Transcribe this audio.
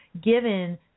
given